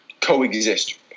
coexist